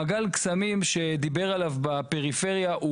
מעגל הקסמים שדיבר עליו בפריפריה הוא